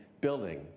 building